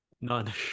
None